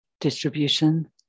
distribution